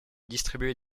distribuer